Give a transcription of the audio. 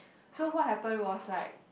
so what happen was like